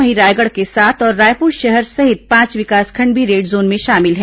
वहीं रायगढ़ के सात और रायपुर जिले के पांच विकासखंड भी रेड जोन में शामिल है